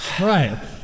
Right